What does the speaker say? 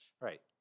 Right